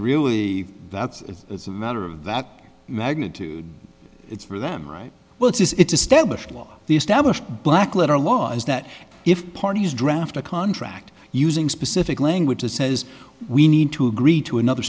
really that's it's a matter of that magnitude it's for them right well it is it's established law the established black letter law is that if parties draft a contract using specific language that says we need to agree to another